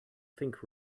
think